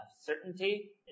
Certainty